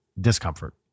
discomfort